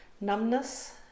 numbness